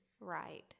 right